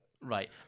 Right